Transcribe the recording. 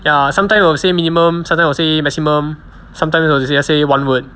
ya sometimes will say minimum sometimes will say maximum sometimes will just say one word